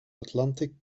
atlantic